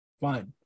fine